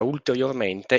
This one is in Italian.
ulteriormente